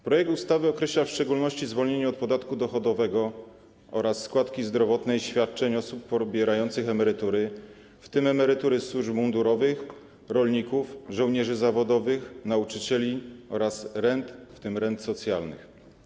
Projekt ustawy określa w szczególności zwolnienie od podatku dochodowego oraz składki zdrowotnej świadczeń osób pobierających emerytury, w tym emerytury służb mundurowych, rolników, żołnierzy zawodowych, nauczycieli, oraz rent, w tym rent socjalnych.